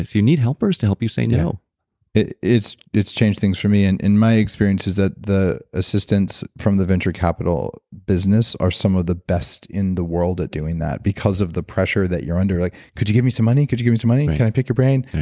you need helpers to help you say, no it's it's changed things for me and in my experience is that the assistance from the venture capital business are some of the best in the world at doing that because of the pressure that you're under. like could you give me some money, could you give me some money? can i pick your brain?